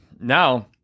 now